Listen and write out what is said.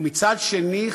ומצד שני,